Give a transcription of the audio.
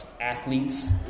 athletes